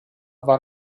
war